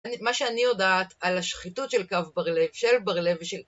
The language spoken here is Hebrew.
מה שאני יודעת על השחיתות של קו בר-לב, של בר-לב ושל...